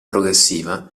progressiva